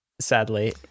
sadly